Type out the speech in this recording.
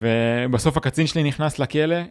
ובסוף הקצין שלי נכנס לכלא.